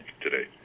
today